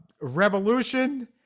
revolution